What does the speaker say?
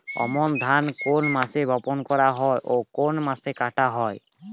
আমন ধান কোন মাসে বপন করা হয় ও কোন মাসে কাটা হয়?